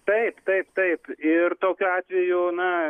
taip taip taip ir tokiu atveju na